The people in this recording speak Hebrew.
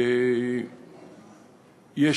יש